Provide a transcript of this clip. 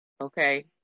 okay